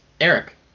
Eric